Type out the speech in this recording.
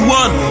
one